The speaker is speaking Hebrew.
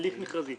הליך מכרזי.